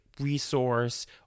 resource